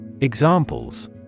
Examples